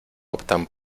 optan